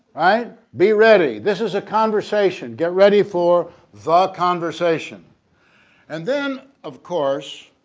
right, be ready. this is a conversation, get ready for the conversation and then of course.